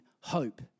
hope